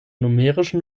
numerischen